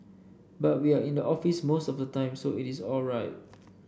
but we are in the office most of the time so it is all right